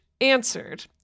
answered